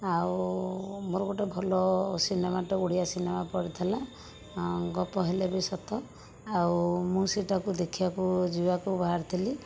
ଆଉ ମୋ'ର ଗୋଟେ ଭଲ ସିନେମାଟେ ଓଡ଼ିଆ ସିନେମା ପଡ଼ିଥିଲା ଗପ ହେଲେ ବି ସତ ଆଉ ମୁଁ ସେ'ଟାକୁ ଦେଖିବାକୁ ଯିବାକୁ ବାହାରିଥିଲି